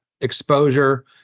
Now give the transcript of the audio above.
exposure